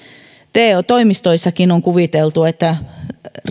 te toimistoissakin on kuviteltu että